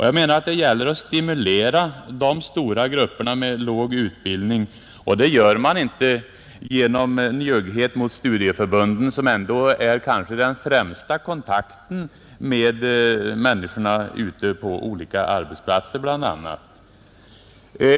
Jag menar att det gäller att stimulera de stora grupperna med låg utbildning, och det gör man inte genom njugghet mot studieförbunden, som ändå är den kanske främsta kontakten med människorna bl.a. ute på olika arbetsplatser.